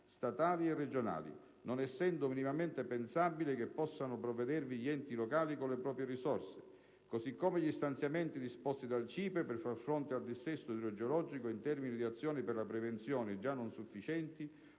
statali e regionali, non essendo minimamente pensabile che possano provvedervi gli enti locali con le proprie risorse, così come gli stanziamenti disposti dal CIPE, per far fronte al dissesto idrogeologico in termini di azioni per la prevenzione, e già non sufficienti,